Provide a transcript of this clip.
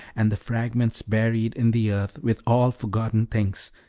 and the fragments buried in the earth with all forgotten things,